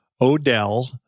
Odell